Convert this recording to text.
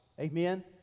Amen